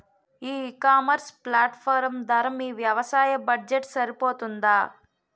ఈ ecommerce platform ధర మీ వ్యవసాయ బడ్జెట్ సరిపోతుందా?